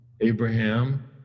abraham